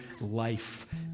life